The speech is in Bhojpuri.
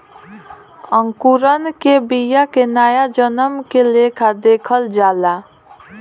अंकुरण के बिया के नया जन्म के लेखा देखल जाला